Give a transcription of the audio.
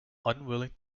unwilling